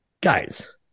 guys